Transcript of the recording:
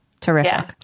Terrific